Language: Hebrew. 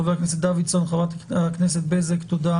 חברי הכנסת דוידסון ובזק תודה